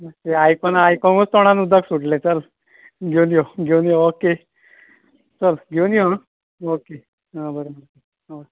आयकून आयकूनच तोंडान उदक सुटलें चल घेवन यो घेवन यो ओके चल घेवन यो आं ओके आं बरें हय